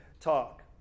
talk